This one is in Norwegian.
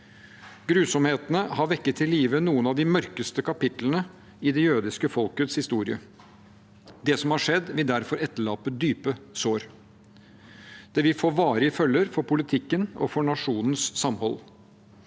Grusomhetene har vekket til live noen av de mørkeste kapitlene i det jødiske folkets historie. Det som har skjedd, vil derfor etterlate dype sår. Det vil få varige følger – for politikken og for nasjonens samhold.